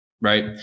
right